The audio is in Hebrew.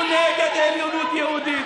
אנחנו נגד עליונות יהודית,